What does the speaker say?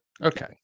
Okay